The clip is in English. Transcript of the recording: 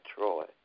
Troy